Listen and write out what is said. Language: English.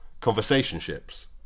conversationships